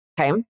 okay